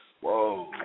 Whoa